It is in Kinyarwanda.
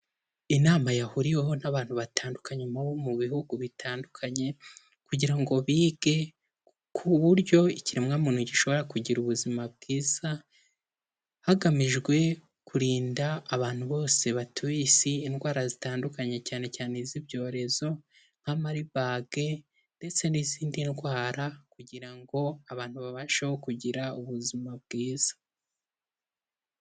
Inama yahuriweho n'abantu batandukanye bo mu bihugu bitandukanye kugira ngo bige ku buryo ikiremwamuntu gishobora kugira ubuzima bwiza hagamijwe kurinda abantu bose batuye isi indwara zitandukanye cyane cyane iz'ibyorezo nka maribage ndetse n'izindi ndwara kugira ngo abantu babasheho kugira ubuzima bwiza.